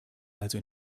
also